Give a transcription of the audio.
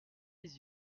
les